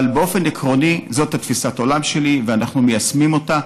אבל באופן עקרוני זאת תפיסת העולם שלי ואנחנו מיישמים אותה.